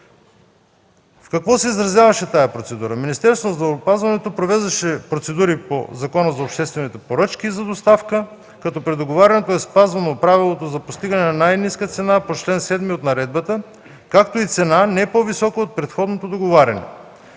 В какво се изразяваше тази процедура? Министерството на здравеопазването провеждаше процедури по Закона за обществените поръчки за доставка, като при договарянето е спазвано правилото за постигане на най-ниска цена по чл. 7 от Наредбата, както и цена не по-висока от предходното договаряне.